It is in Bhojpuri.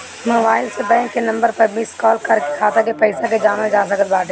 मोबाईल से बैंक के नंबर पअ मिस काल कर के खाता के पईसा के जानल जा सकत बाटे